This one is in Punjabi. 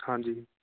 ਹਾਂਜੀ